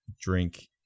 drink